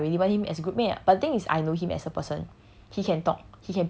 I also don't know if I really want him as a group mate ah but the thing is I know him as a person